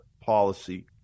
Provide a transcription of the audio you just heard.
policy